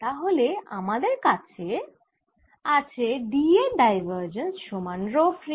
তাহলে আমাদের কাছে আছে D এর ডাইভারজেন্স সমান রো ফ্রী